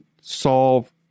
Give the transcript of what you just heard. solve